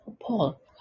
Paul